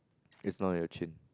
it's not on your chin